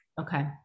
okay